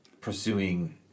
pursuing